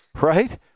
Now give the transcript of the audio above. right